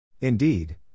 Indeed